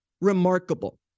remarkable